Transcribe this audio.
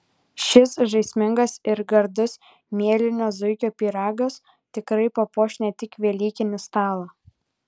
šis žaismingas ir gardus mielinio zuikio pyragas tikrai papuoš ne tik velykinį stalą